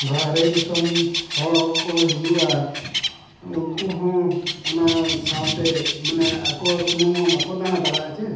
ᱵᱟᱨᱦᱮ ᱫᱤᱥᱚᱢ ᱦᱚᱲ ᱦᱚᱸᱠᱚ ᱦᱤᱡᱩᱜᱼᱟ ᱩᱱᱠᱩ ᱦᱚᱸ ᱚᱱᱟ ᱥᱟᱶᱛᱮ ᱢᱟᱱᱮ ᱟᱠᱚ ᱥᱩᱢᱩᱝ ᱢᱟ ᱵᱟᱠᱚ ᱫᱟᱬᱟ ᱫᱟᱲᱮᱭᱟᱜᱼᱟ ᱪᱮ